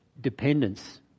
dependence